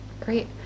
great